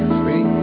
free